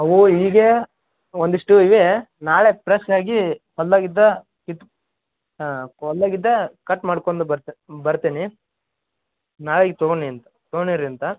ಅವು ಹೀಗೆ ಒಂದಿಷ್ಟು ಇವೆ ನಾಳೆ ಪ್ರೆಶ್ ಆಗಿ ಹೊಲದಾಗಿದ್ದ ಇದು ಹಾಂ ಹೊಲದಾಗಿದ್ದ ಕಟ್ ಮಾಡಿಕೊಂಡು ಬರ್ತೆ ಬರ್ತೀನಿ ನಾಳೆಗೆ ತಗೋ ನೀನು ತಗೊಂಡಿರಿ ಅಂತ